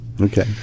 okay